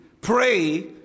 pray